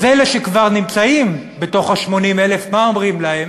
אז אלה שכבר נמצאים בתוך ה-80,000, מה אומרים להם?